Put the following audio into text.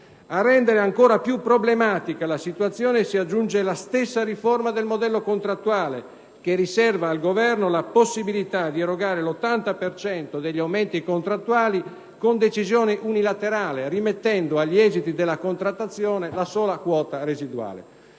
A rendere ancora più problematica la situazione si aggiunge la stessa riforma del modello contrattuale, che riserva al Governo la possibilità di erogare l'80 per cento degli aumenti contrattuali con decisione unilaterale, rimettendo agli esiti della contrattazione la sola quota residuale.